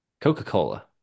coca-cola